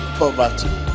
poverty